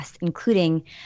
including